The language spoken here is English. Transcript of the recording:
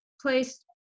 placed